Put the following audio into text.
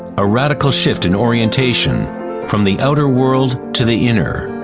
a radical shift in orientation from the outer world to the inner.